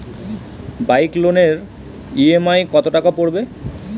Bike লোনের EMI কত টাকা পড়বে?